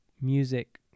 music